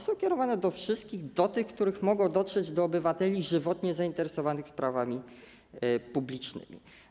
Są one kierowane do wszystkich tych, którzy mogą dotrzeć do obywateli żywotnie zainteresowanych sprawami publicznymi.